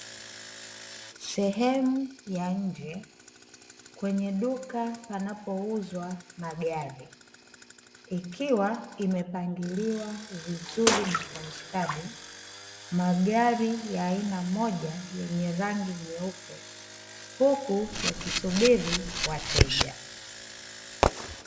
Sehemu ya nje kwenye duka panapouzwa magari ,ikiwa imepangiliwa vizuri kwa ustadi magari ya aina moja yenye rangi nyeupe, huku yakisubiri wateja.